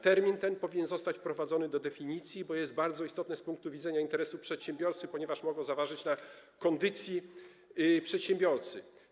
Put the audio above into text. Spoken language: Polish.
Termin ten powinien zostać wprowadzony do definicji, bo jest to bardzo istotne z punktu widzenia przedsiębiorcy, ponieważ może zaważyć na kondycji przedsiębiorcy.